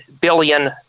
billion